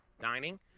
dining